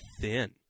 thin